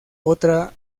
otra